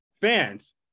Fans